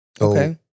Okay